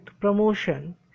promotion